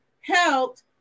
helped